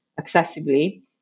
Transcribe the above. accessibly